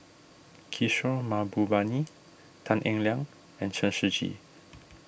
Kishore Mahbubani Tan Eng Liang and Chen Shiji